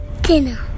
Dinner